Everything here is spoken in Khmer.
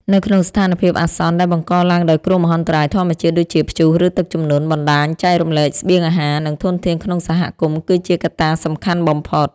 នៅក្នុងស្ថានភាពអាសន្នដែលបង្កឡើងដោយគ្រោះមហន្តរាយធម្មជាតិដូចជា ព្យុះ ឬទឹកជំនន់ បណ្ដាញចែករំលែកស្បៀងអាហារ និងធនធានក្នុងសហគមន៍គឺជាកត្តាសំខាន់បំផុត។